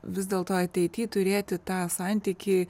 vis dėl to ateity turėti tą santykį